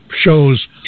shows